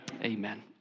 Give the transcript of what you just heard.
Amen